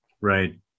right